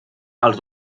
els